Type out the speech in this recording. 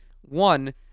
one